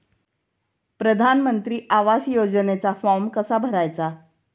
प्रधानमंत्री आवास योजनेचा फॉर्म कसा भरायचा?